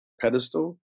pedestal